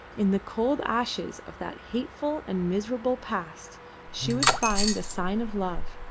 in the cold ashes of that hateful and miserable past she would find the sign of love,